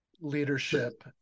leadership